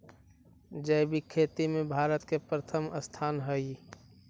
जैविक खेती में भारत के प्रथम स्थान हई